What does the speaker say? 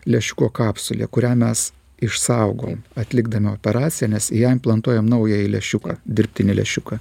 lęšiuko kapsulė kurią mes išsaugom atlikdami operaciją nes į ją implantuojam naująjį lęšiuką dirbtinį lęšiuką